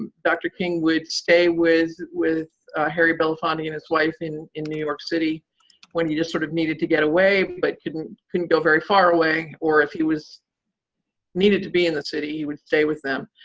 um dr. king would stay with with harry belafonte and his wife in in new york city when he just sort of needed to get away, but couldn't couldn't go very far away. or if he needed to be in the city, he would stay with them.